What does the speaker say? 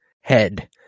head